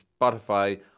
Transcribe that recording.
spotify